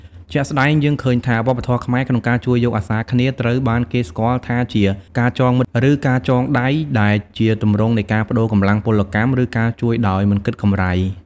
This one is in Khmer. ជាក់ស្តែងយើងឃើញថា វប្បធម៌ខ្មែរក្នុងការជួយយកអាសារគ្នាត្រូវបានគេស្គាល់ថាជា ការចងមិត្តឬ ការចងដៃ ដែលជាទម្រង់នៃការប្តូរកម្លាំងពលកម្ម ឬការជួយដោយមិនគិតកម្រៃ។